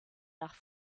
nach